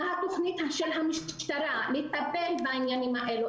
מה התוכנית של המשטרה לטפל בעניינים האלה,